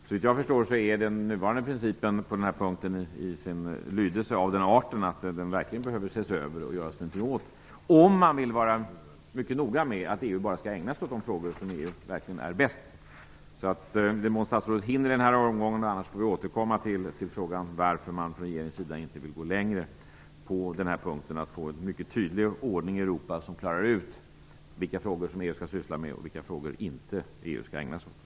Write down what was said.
Såvitt jag förstår är den nuvarande principen och dess lydelse av en sådan art att den verkligen behöver ses över och åtgärdas, om man vill vara noga med att EU bara skall ägna sig åt de frågor som EU verkligen är bäst på. I den mån statsrådet hinner, annars får jag återkomma, vill jag ha svar på frågan om varför man från regeringens sida inte vill gå längre på denna punkt för att få en tydlig ordning i Europa som klargör vilka frågor som EU skall ägna sig åt och inte.